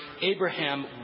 Abraham